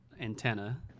antenna